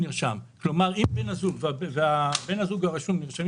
כלומר אם בן הזוג ובן הזוג הרשום נרשמים